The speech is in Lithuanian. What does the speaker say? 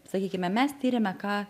sakykime mes tiriame ką